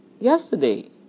yesterday